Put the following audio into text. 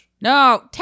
No